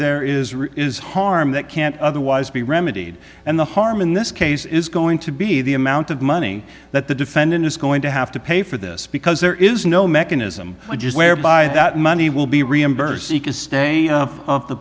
there is real is harm that can't otherwise be remedied and the harm in this case is going to be the amount of money that the defendant is going to have to pay for this because there is no mechanism just whereby that money will be reimbursed seek a stay of the